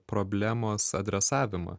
problemos adresavimą